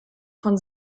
von